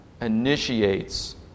initiates